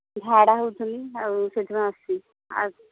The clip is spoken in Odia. ଝାଡ଼ା ହେଉଥିଲି ଆଉ ସେଥିପାଇଁ ଆସଛି ଆଉ